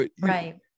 right